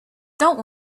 don’t